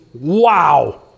wow